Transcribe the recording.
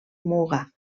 muga